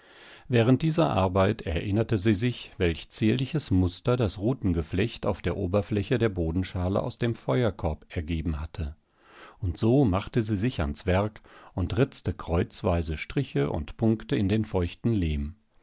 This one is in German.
während dieser arbeit erinnerte sie sich welch zierliches muster das rutengeflecht auf der oberfläche der bodenschale aus dem feuerkorb ergeben hatte und so machte sie sich ans werk und ritzte kreuzweise striche und punkte in den feuchten lehm